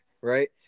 Right